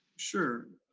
sure,